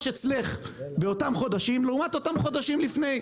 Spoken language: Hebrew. אצלך באותם חודשים לעומת אותם חודשים לפני.